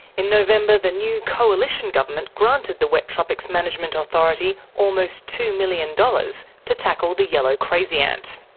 in november the new coalition government granted the wet tropics management authority almost two million dollars to tackle the yellow crazy ant.